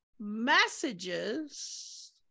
messages